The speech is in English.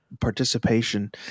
participation